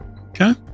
Okay